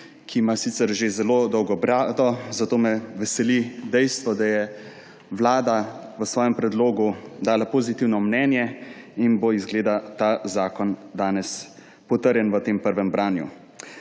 ki ima sicer že zelo dolgo brado, zato me veseli dejstvo, da je Vlada v svojem predlogu dala pozitivno mnenje in bo izgleda ta zakon danes potrjen v tem prvem branju.